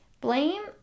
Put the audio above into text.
Blame